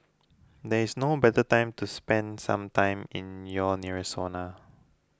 there is no better time to spend some time in your nearest sauna